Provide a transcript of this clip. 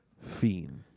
Fiend